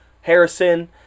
Harrison